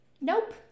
nope